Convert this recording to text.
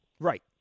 Right